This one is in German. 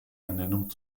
ernennung